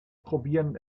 probieren